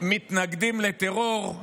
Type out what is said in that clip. מתנגדים לטרור?